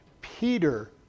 Peter